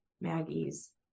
Maggie's